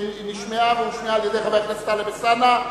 שנשמעה והושמעה על-ידי חבר הכנסת טלב אלסאנע.